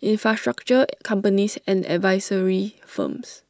infrastructure companies and advisory firms